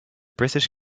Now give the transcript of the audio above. british